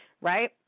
right